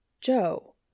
Joe